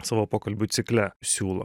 savo pokalbių cikle siūlo